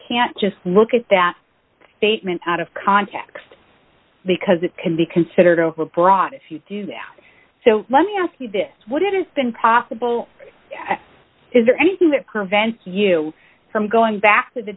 can't just look at that statement out of context because it can be considered overbroad if you do that so let me ask you this what it has been possible is there anything that prevents you from going back to the